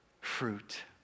fruit